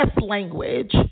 language